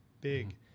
big